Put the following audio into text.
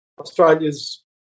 Australia's